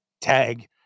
tag